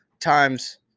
times